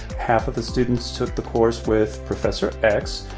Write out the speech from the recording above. half of the students took the course with professor ecks.